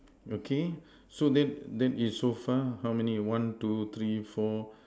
okay so then that is so far how many one two three four